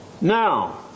Now